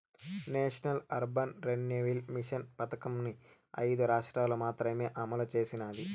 national urban renewal mission పథకంని ఐదు రాష్ట్రాలు మాత్రమే అమలు చేసినాయి